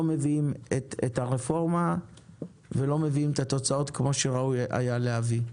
מביאים את הרפורמה ולא מביאים את התוצאות כמו שראוי היה להביא.